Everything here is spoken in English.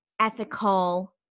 ethical